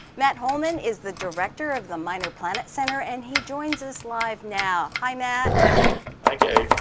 matt holman is the director of the minor planet center, and he joins us live now, hi matt. hi gay.